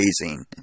amazing